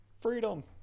Freedom